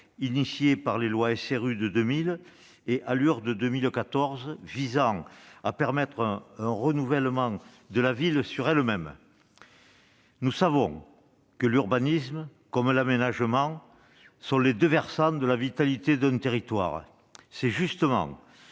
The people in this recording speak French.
et un urbanisme rénové (ALUR) de 2014, visant à permettre un renouvellement de la ville sur elle-même. Nous savons que l'urbanisme et l'aménagement sont les deux versants de la vitalité d'un territoire. C'est justement